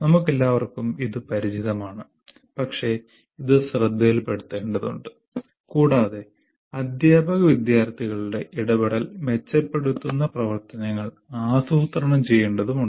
നമുക്കെല്ലാവർക്കും ഇത് പരിചിതമാണ് പക്ഷേ ഇത് ശ്രദ്ധയിൽപ്പെടുത്തേണ്ടതുണ്ട് കൂടാതെ അധ്യാപക വിദ്യാർത്ഥികളുടെ ഇടപെടൽ മെച്ചപ്പെടുത്തുന്ന പ്രവർത്തനങ്ങൾ ആസൂത്രണം ചെയ്യേണ്ടതുണ്ട്